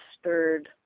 stirred